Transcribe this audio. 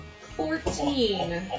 Fourteen